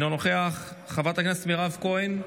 אינו נוכח, חברת הכנסת מירב כהן,